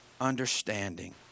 understanding